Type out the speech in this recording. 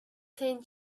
thin